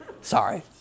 Sorry